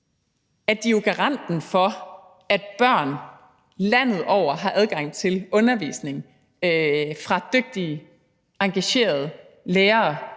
at de er garanten for, at børn landet over har adgang til undervisning fra dygtige og engagerede lærere,